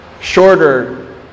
shorter